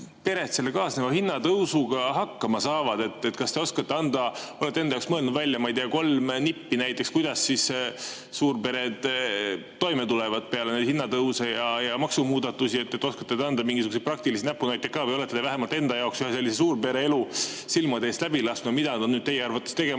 pered selle kaasneva hinnatõusuga hakkama saavad? Kas te olete enda jaoks mõelnud välja, ma ei tea, kolm nippi, kuidas suurpered toime tulevad peale neid hinnatõuse ja maksumuudatusi? Kas oskate anda mingisuguseid praktilisi näpunäiteid või olete vähemalt enda jaoks ühe sellise suurpere elu silmade eest läbi lasknud? Mida nad teie arvates tegema